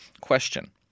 Question